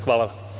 Hvala.